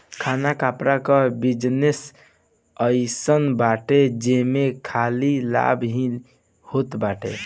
खाना कपड़ा कअ बिजनेस अइसन बाटे जेमे खाली लाभ ही होत बाटे